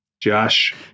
Josh